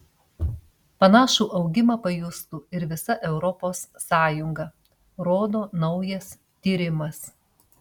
panašų augimą pajustų ir visa europos sąjunga rodo naujas tyrimas